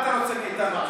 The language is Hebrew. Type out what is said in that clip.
מה אתה רוצה מאיתנו עכשיו,